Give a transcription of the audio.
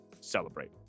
celebrate